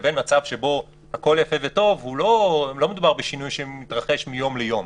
לבין מצב שבו הכול יפה וטוב הרי לא מדובר בשינוי שמתרחש מיום ליום.